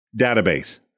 Database